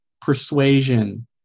persuasion